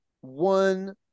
one